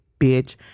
bitch